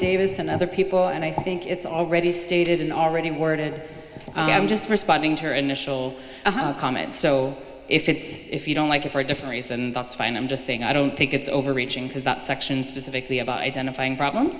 davis and other people and i think it's already stated an already worded i'm just responding to your initial comment so if it's if you don't like it for a different reason that's fine i'm just saying i don't think it's overreaching because that section specifically about identifying problem